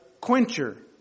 quencher